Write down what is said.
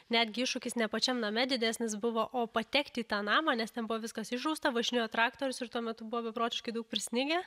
netgi iššūkis ne pačiam name didesnis buvo o patekti į tą namą nes ten buvo viskas išrausta važinėjo traktorius ir tuo metu buvo beprotiškai daug prisnigę